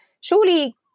Surely